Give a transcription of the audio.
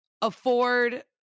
afford